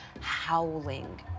howling